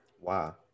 Wow